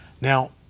Now